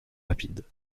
rapides